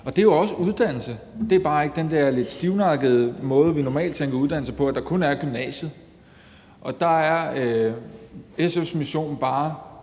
og det er jo også uddannelse. Det er bare ikke den der lidt stivnakkede måde, vi normalt tænker uddannelse på, altså at der kun er gymnasiet. Og der er SF's mission bare,